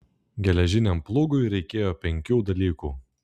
geležiniam plūgui reikėjo penkių dalykų